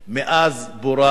מאז שפורז